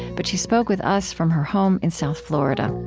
but she spoke with us from her home in south florida